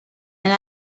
and